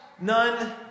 none